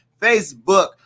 facebook